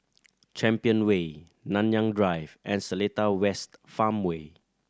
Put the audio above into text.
Champion Way Nanyang Drive and Seletar West Farmway